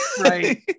right